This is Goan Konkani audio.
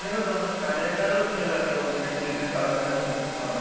खाजें करता खाजेंकारूत न्ही रे आमी मेन बिझनस खाजें खाजे हय